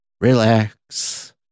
relax